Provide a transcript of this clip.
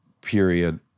period